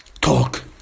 talk